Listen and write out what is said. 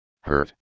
hurt